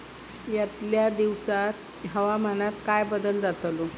यतल्या दिवसात हवामानात काय बदल जातलो?